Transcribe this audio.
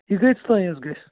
یہِ کۭتِس تانۍ حظ گژھِ